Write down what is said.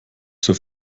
zur